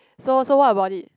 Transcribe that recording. so so what about it